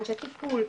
אנשי טיפול,